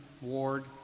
Ward